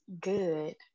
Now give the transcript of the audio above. Good